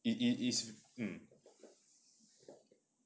it it is um